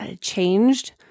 changed